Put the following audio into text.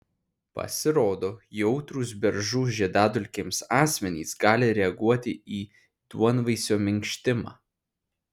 pasirodo jautrūs beržų žiedadulkėms asmenys gali reaguoti ir į duonvaisio minkštimą